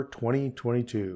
2022